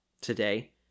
today